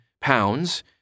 pounds